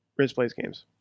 RizPlaysGames